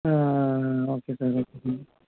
ஆ ஆ ஆ okay sir okay sir